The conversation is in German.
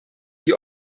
die